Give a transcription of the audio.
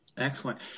Excellent